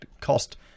cost